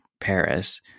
Paris